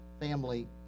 family